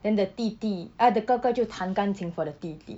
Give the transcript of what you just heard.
then the 弟弟 ah the 哥哥就弹钢琴 for the 弟弟